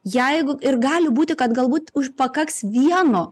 jeigu ir gali būti kad galbūt už pakaks vieno